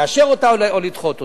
לאשר אותה או לדחות אותה.